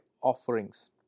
offerings